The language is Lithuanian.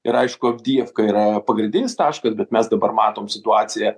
ir aišku avdijevka yra pagrindinis taškas bet mes dabar matom situaciją